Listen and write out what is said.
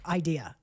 idea